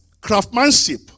craftsmanship